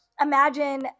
imagine